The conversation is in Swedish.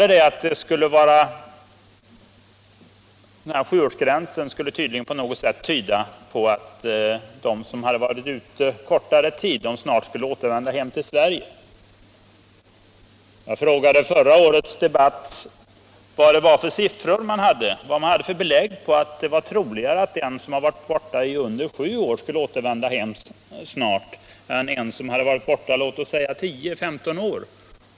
Vidare ansågs att sjuårsgränsen på något sätt skulle tyda på att de som varit utomlands kortare tid snart skulle återvända hem till Sverige. Jag frågade under förra årets debatt vilka belägg man hade för att det var troligare att en person som varit borta kortare tid än sju år snart skulle återvända hem än en som varit borta i låt oss säga 10 å 15 år.